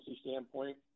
standpoint